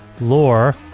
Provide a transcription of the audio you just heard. lore